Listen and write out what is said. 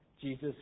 Jesus